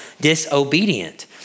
disobedient